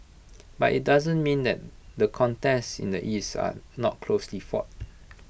but IT doesn't mean that the contests in the east are not closely fought